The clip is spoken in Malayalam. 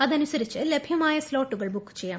അതനുസരിച്ച് ലഭ്യമായ സ്തോട്ടുകൾ ബുക്ക് ചെയ്യാം